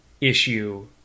issue